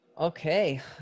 okay